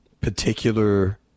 particular